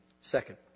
Second